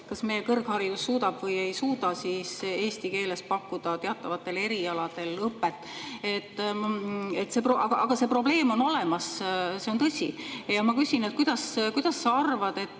kas meie kõrgharidus suudab või ei suuda eesti keeles pakkuda teatavatel erialadel õpet. Aga probleem on olemas, see on tõsi. Ma küsin: mis sa arvad,